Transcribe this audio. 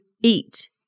eat